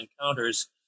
encounters